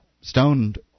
stoned